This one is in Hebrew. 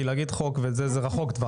כי להגיד חוק וזה זה רחוק טווח,